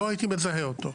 לא הייתי מזהה אותו.